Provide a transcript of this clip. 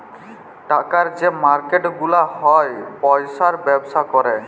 টাকার যে মার্কেট গুলা হ্যয় পয়সার ব্যবসা ক্যরে